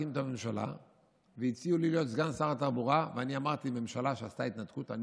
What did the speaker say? אני לא הייתי בעד ההתנתקות.